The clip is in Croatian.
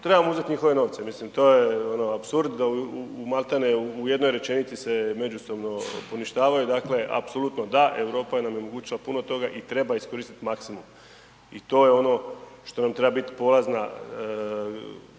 trebamo uzeti njihove novce, mislim to je ono apsurd da malti ne u jednoj rečenici se međusobno poništavaju. Dakle apsolutno da, Europa nam je omogućila puno toga i treba iskoristiti maksimum. I to je ono što nam treba biti polazno